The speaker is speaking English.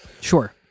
Sure